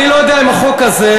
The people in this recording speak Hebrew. אני לא יודע אם החוק הזה,